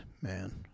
man